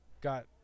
Got